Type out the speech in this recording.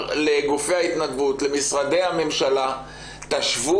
הרשות לזכויות ניצולי שואה וכמובן